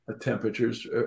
temperatures